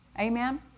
Amen